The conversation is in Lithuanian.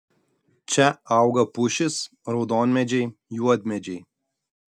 čia auga pušys raudonmedžiai juodmedžiai